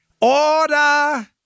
Order